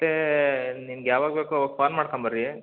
ಮತ್ತೆ ನಿಮ್ಗೆ ಯಾವಾಗ ಬೇಕು ಅವಾಗ ಫೋನ್ ಮಾಡ್ಕೊಂಡು ಬರ್ರಿ